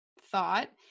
thought